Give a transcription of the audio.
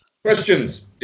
Questions